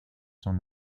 son